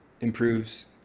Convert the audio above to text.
improves